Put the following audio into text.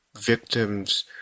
victims